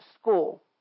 school